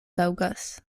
taŭgas